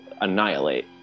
annihilate